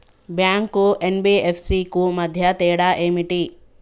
Bank కు NBFC కు మధ్య తేడా ఏమిటి?